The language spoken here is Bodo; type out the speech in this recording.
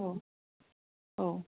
औ औ